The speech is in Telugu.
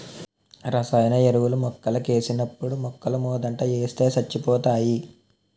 రసాయన ఎరువులు మొక్కలకేసినప్పుడు మొక్కలమోదంట ఏస్తే సచ్చిపోతాయి